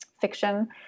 fiction